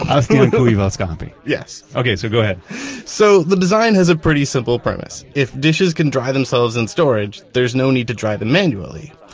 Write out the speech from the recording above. astiankuivauskaappi yes. okay, so go ahead so the design has a pretty simple premise. if dishes can dry themselves in storage, there's no need to dry them manually.